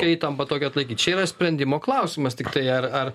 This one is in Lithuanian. įtampą tokią atlaikyt čia yra sprendimo klausimas tiktai ar ar